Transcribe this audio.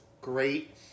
great